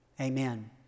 amen